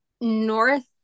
North